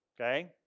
okay